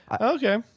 Okay